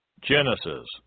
Genesis